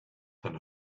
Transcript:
than